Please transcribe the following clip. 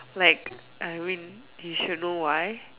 like I mean you should know why